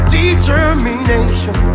determination